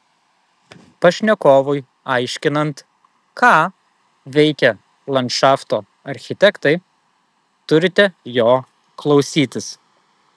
pašnekovui aiškinant ką veikia landšafto architektai turite jo klausytis